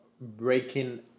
breaking